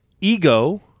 Ego